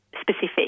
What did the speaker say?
specific